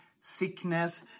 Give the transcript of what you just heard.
sickness